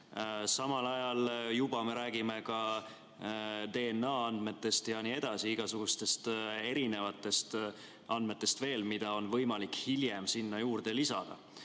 samal ajal me räägime ka DNA-andmetest jne, igasugustest erinevatest andmetest veel, mida on võimalik hiljem sinna juurde lisada.